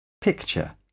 Picture